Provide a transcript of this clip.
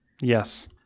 yes